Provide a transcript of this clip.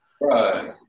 Right